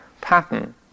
pattern